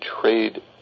trade